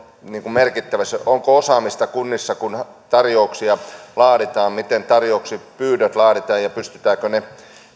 merkittävä onko osaamista kunnissa kun tarjouksia laaditaan miten tarjouspyynnöt laaditaan ja pystytäänkö ne